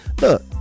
look